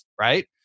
right